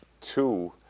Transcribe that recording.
Two